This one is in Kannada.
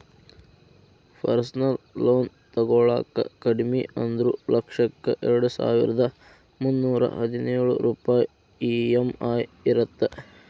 ಪರ್ಸನಲ್ ಲೋನ್ ತೊಗೊಳಾಕ ಕಡಿಮಿ ಅಂದ್ರು ಲಕ್ಷಕ್ಕ ಎರಡಸಾವಿರ್ದಾ ಮುನ್ನೂರಾ ಹದಿನೊಳ ರೂಪಾಯ್ ಇ.ಎಂ.ಐ ಇರತ್ತ